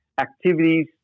Activities